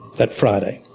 that friday.